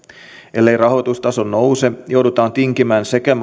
ellei rahoitustaso nouse joudutaan tinkimään sekä